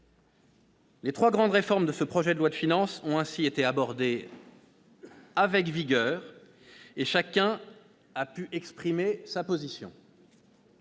Les trois grandes réformes du projet de loi de finances ont ainsi été abordées avec vigueur, et chacun a pu exprimer sa position.